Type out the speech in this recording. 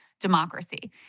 democracy